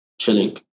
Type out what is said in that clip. chilling